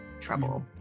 trouble